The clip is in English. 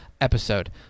episode